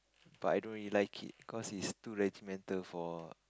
but I don't really like it cause it's too regimental for